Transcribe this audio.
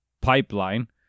pipeline